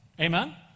Amen